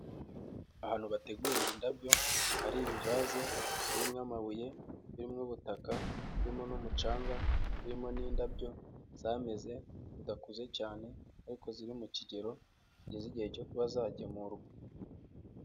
Ahantu bategurira indabyo ari ibivaze birimo amabuye, birimo ubutaka, birimo n'umucanga, birimo n'indabyo zameze zidakuze cyane ariko ziri mu kigero zigeze igihe cyo kuba zagemurwa.